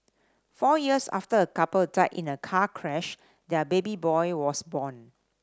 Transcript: four years after a couple died in a car crash their baby boy was born